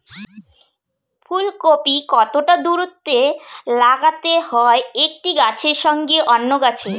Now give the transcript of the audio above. ফুলকপি কতটা দূরত্বে লাগাতে হয় একটি গাছের সঙ্গে অন্য গাছের?